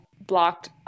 blocked